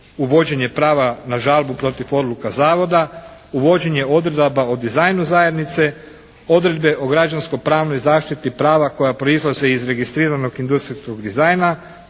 uvođenje prava na žalbu protiv odluka zavoda, uvođenje odredaba o dizajnu zajednice, odredbe o građansko-pravnoj zaštiti prava koja proizlaze iz registriranog industrijskog dizajna,